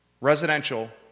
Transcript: residential